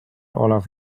olev